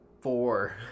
Four